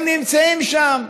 הם נמצאים שם,